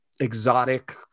exotic